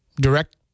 direct